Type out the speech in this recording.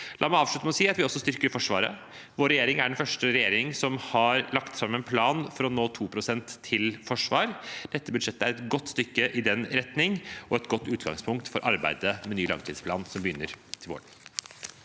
La meg avslutte med å si at vi også styrker Forsvaret. Vår regjering er den første regjering som har lagt fram en plan for å nå målet om 2 pst. av bruttonasjonalprodukt til forsvar. Dette budsjettet går et godt stykke i den retning og er et godt utgangspunkt for arbeidet med ny langtidsplan, som begynner til våren.